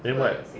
then what